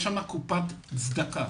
יש קופת צדקה.